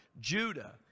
Judah